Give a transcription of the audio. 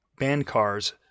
Bancars